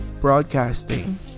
broadcasting